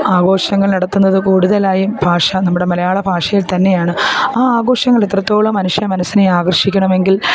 ആഘോഷങ്ങൾ നടത്തുന്നത് കൂടുതലായും ഭാഷ മലയാള ഭാഷയിൽ തന്നെയാണ് ആ ആഘോഷങ്ങൾ എത്രത്തോളം മനുഷ്യ മനസ്സിനെ ആകർഷിക്കണമെങ്കിൽ